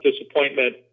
disappointment